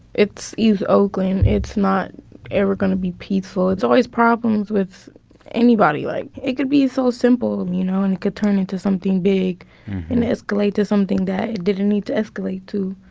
it's east oakland. it's not ever going to be peaceful. it's always problems with anybody. like, it could be so simple, you know? and it could turn into something big and escalate to something that it didn't need to escalate to